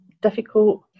difficult